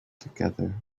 together